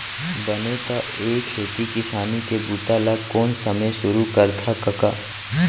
बने त ए खेती किसानी के बूता ल कोन समे सुरू करथा कका?